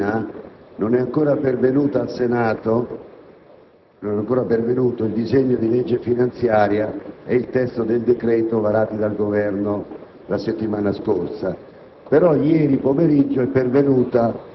a questa mattina non è ancora pervenuto al Senato il disegno di legge finanziaria e il testo del decreto varato dal Governo la settimana scorsa.